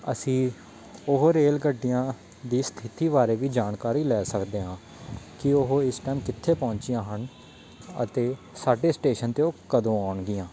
ਅਸੀਂ ਉਹ ਰੇਲ ਗੱਡੀਆਂ ਦੀ ਸਥਿਤੀ ਬਾਰੇ ਵੀ ਜਾਣਕਾਰੀ ਲੈ ਸਕਦੇ ਹਾਂ ਕਿ ਉਹ ਇਸ ਟਾਈਮ ਕਿੱਥੇ ਪਹੁੰਚੀਆਂ ਹਨ ਅਤੇ ਸਾਡੇ ਸਟੇਸ਼ਨ 'ਤੇ ਉਹ ਕਦੋਂ ਆਉਣਗੀਆਂ